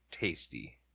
tasty